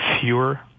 fewer